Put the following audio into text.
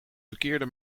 verkeerde